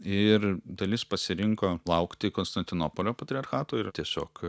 ir dalis pasirinko laukti konstantinopolio patriarchato ir tiesiog